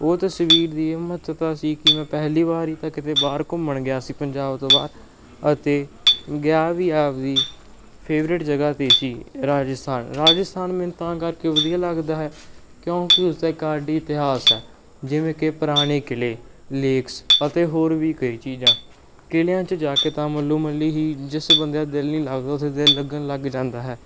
ਉਹ ਤਸਵੀਰ ਦੀ ਇਹ ਮਹੱਤਤਾ ਸੀ ਕਿ ਮੈਂ ਪਹਿਲੀ ਵਾਰੀ ਤਾਂ ਕਿਤੇ ਬਾਹਰ ਘੁੰਮਣ ਗਿਆ ਸੀ ਪੰਜਾਬ ਤੋਂ ਬਾਅਦ ਅਤੇ ਗਿਆ ਵੀ ਆਪਦੀ ਫੇਵਰੇਟ ਜਗ੍ਹਾ 'ਤੇ ਸੀ ਰਾਜਸਥਾਨ ਰਾਜਸਥਾਨ ਮੈਨੂੰ ਤਾਂ ਕਰਕੇ ਵਧੀਆ ਲੱਗਦਾ ਹੈ ਕਿਉਂਕਿ ਉਸ ਦਾ ਇੱਕ ਅੱਡ ਹੀ ਇਤਿਹਾਸ ਹੈ ਜਿਵੇਂ ਕਿ ਪੁਰਾਣੀ ਕਿਲੇ ਲੇਕਸ ਅਤੇ ਹੋਰ ਵੀ ਕਈ ਚੀਜ਼ਾਂ ਕਿਲਿਆਂ 'ਚ ਜਾ ਕੇ ਤਾਂ ਮੱਲੋ ਮੱਲੀ ਹੀ ਜਿਸ ਬੰਦੇ ਦਾ ਦਿਲ ਨਹੀਂ ਲੱਗਦਾ ਉੱਥੇ ਦਿਲ ਲੱਗਣ ਲੱਗ ਜਾਂਦਾ ਹੈ